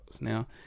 Now